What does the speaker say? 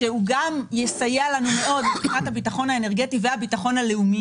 שגם יסייע לנו מאוד מבחינת הביטחון האנרגטי והביטחון הלאומי